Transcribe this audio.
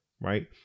right